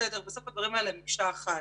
בסוף הדברים האלה הם מקשה אחת.